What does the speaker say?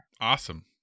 Awesome